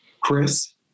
Chris